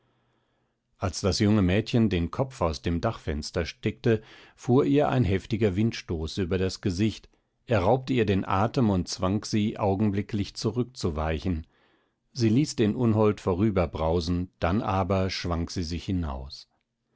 als das junge mädchen den kopf aus dem dachfenster steckte fuhr ihr ein heftiger windstoß über das gesicht er raubte ihr den atem und zwang sie augenblicklich zurückzuweichen sie ließ den unhold vorüberbrausen dann aber schwang sie sich hinaus